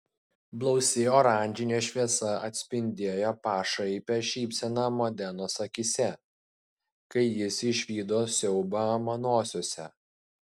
blausi oranžinė šviesa atspindėjo pašaipią šypseną modenos akyse kai jis išvydo siaubą manosiose